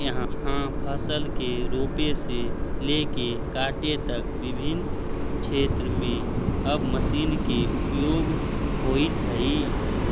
इहाँ फसल के रोपे से लेके काटे तक विभिन्न क्षेत्र में अब मशीन के उपयोग होइत हइ